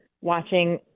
watching